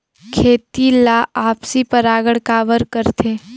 खेती ला आपसी परागण काबर करथे?